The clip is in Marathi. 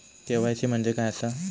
के.वाय.सी म्हणजे काय आसा?